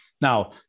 Now